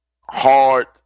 hard